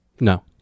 no